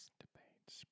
debates